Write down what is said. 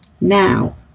now